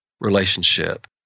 relationship